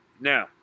now